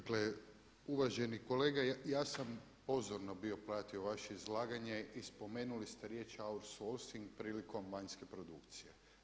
Dakle, uvaženi kolega ja sam pozorno bio pratio vaše izlaganje i spomenuli ste riječ outsourcing prilikom vanjske produkcije.